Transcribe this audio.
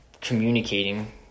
communicating